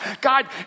God